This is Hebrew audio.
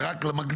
זה רק למדרגות?